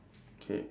okay